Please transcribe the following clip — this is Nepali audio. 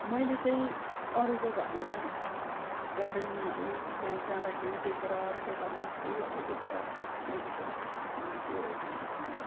मेलै चाहिँ अरूको घरमा गार्डनिङहरू त्यहाँ जादाँखेरि देखेर अरूको घरमा फुलहरू देखेर मैले चाहिँ त्यो